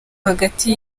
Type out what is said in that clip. hagati